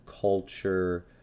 culture